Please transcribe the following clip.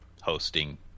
hosting